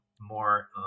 more